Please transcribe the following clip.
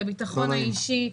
לביטחון האישי,